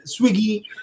swiggy